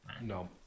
No